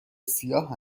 سیاه